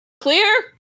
Clear